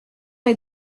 est